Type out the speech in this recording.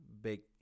big